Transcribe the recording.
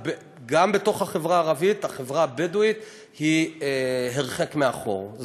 גם בתוך החברה הערבית החברה הבדואית היא הרחק מאחור.